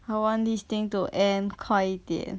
I want this thing to end 快一点